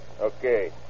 Okay